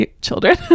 children